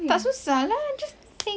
tak susah lah just think